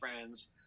friends